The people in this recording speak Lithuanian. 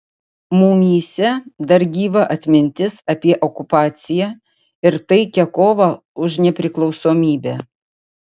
mumyse dar gyva atmintis apie okupaciją ir taikią kovą už nepriklausomybę